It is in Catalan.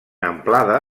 amplada